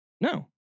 No